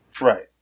Right